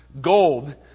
gold